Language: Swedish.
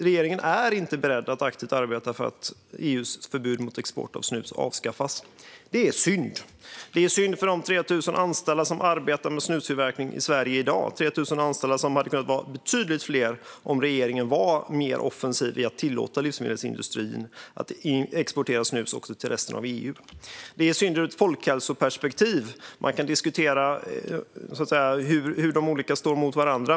Regeringen är inte beredd att aktivt arbeta för att EU:s förbud mot export av snus avskaffas. Det är synd. Det är synd för de 3 000 anställda som arbetar med snustillverkning i Sverige i dag - 3 000 anställda som hade kunnat vara betydligt fler om regeringen hade varit mer offensiv i att tillåta livsmedelsindustrin att exportera snus också till resten av EU. Det är synd ur ett folkhälsoperspektiv. Man kan diskutera hur de olika tobaksslagen står mot varandra.